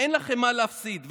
אין לכם מה להפסיד,